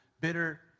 bitter